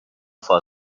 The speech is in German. vor